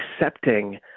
accepting